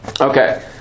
Okay